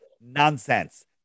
Nonsense